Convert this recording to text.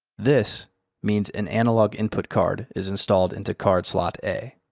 this means an analog input card is installed into card slot a.